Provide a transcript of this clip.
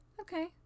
okay